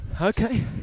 Okay